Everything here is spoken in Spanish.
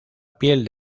piel